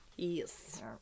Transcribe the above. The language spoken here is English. Yes